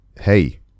hey